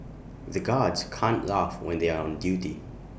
the guards can't laugh when they are on duty